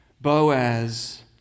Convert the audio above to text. Boaz